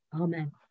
Amen